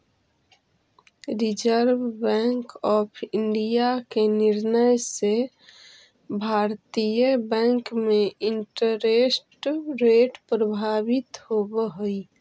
reserve Bank of India के निर्णय से भारतीय बैंक में इंटरेस्ट रेट प्रभावित होवऽ हई